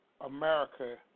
America